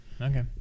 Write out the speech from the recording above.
okay